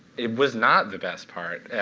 it was not the best part.